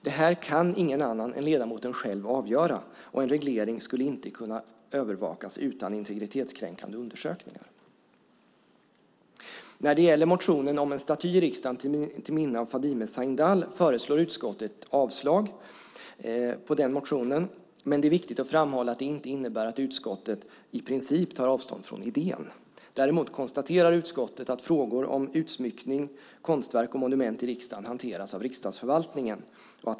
Det kan ingen annan än ledamoten själv avgöra, och en reglering skulle inte kunna övervakas utan integritetskränkande undersökningar. När det gäller motionen om en staty i riksdagen till minne av Fadime Sahindal föreslår utskottet att motionen ska avslås. Det är dock viktigt att framhålla att det inte innebär att utskottet i princip tar avstånd från idén. Däremot konstaterar utskottet att frågor om utsmyckning, konstverk och monument i riksdagen hanteras av riksdagsförvaltningen.